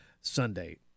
Sunday